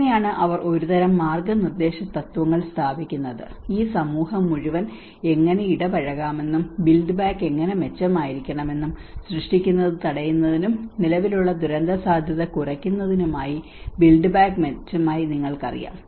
അങ്ങനെയാണ് അവർ ഒരുതരം മാർഗനിർദ്ദേശ തത്വങ്ങൾ സ്ഥാപിക്കുന്നത് ഈ സമൂഹത്തെ മുഴുവൻ എങ്ങനെ ഇടപഴകാമെന്നും ബിൽഡ് ബാക്ക് എങ്ങനെ മെച്ചമായിരിക്കണമെന്നും സൃഷ്ടിക്കുന്നത് തടയുന്നതിനും നിലവിലുള്ള ദുരന്തസാധ്യത കുറയ്ക്കുന്നതിനുമായി ബിൽഡ് ബാക്ക് മെച്ചമായി നിങ്ങൾക്ക് അറിയാം